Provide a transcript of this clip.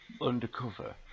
undercover